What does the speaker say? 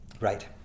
Right